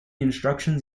instructions